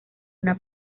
una